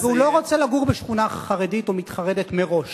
והוא לא רוצה לגור בשכונה חרדית או מתחרדת מראש,